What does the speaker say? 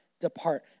depart